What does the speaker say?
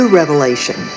revelation